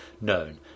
known